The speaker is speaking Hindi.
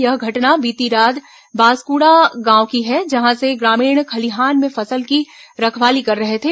यह घटना बीती रात बांसकूड़ा गांव की है जहां ये ग्रामीण खलिहान में फसल की रखवाली कर रहे थे